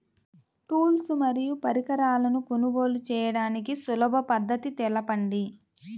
Tools మరియు పరికరాలను కొనుగోలు చేయడానికి సులభ పద్దతి తెలపండి?